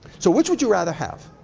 so which would you rather have?